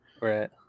Right